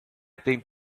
think